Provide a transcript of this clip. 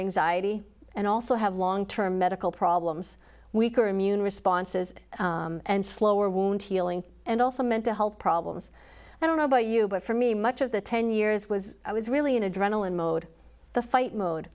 anxiety and also have long term medical problems weaker immune responses and slower wound healing and also mental health problems i don't know about you but for me much of the ten years was i was really in adrenaline mode the fight mode